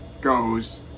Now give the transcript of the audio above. goes